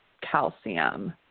calcium